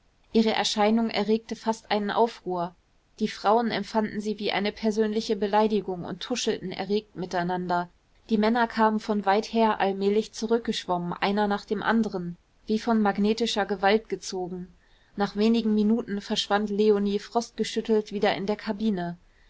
ihre erscheinung erregte fast einen aufruhr die frauen empfanden sie wie eine persönliche beleidigung und tuschelten erregt miteinander die männer kamen von weit her allmählich zurückgeschwommen einer nach dem anderen wie von magnetischer gewalt gezogen nach wenigen minuten verschwand leonie frostgeschüttelt wieder in der kabine